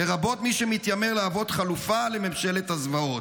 לרבות מי שמתיימר להוות חלופה לממשלת הזוועות,